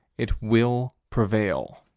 it will prevail.